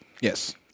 Yes